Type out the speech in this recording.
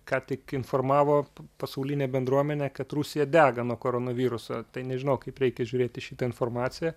ką tik informavo pasaulinę bendruomenę kad rusija dega nuo koronaviruso tai nežinau kaip reikia žiūrėt į šitą informaciją